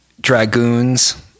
Dragoons